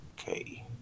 Okay